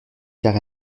car